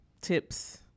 tips